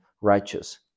righteous